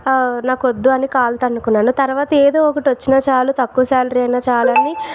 నాకు వద్దు అని కాలుతన్నుకున్నాను తర్వాత ఏదొకటి వచ్చిన చాలు తక్కువ సాలరీ అయినా చాలు అని